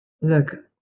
Look